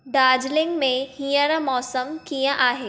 दार्जिलिंग में हींअर मौसमु कीअं आहे